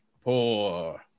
poor